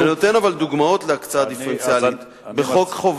אני נותן דוגמאות להקצאה דיפרנציאלית: בחוק חינוך